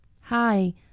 Hi